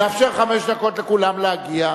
נאפשר חמש דקות לכולם להגיע.